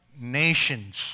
nations